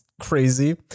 crazy